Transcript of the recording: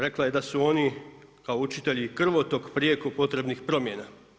Rekla je da su oni kao učitelji krvotok prijeko potrebni promjena.